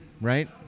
right